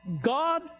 God